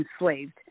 enslaved